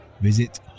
Visit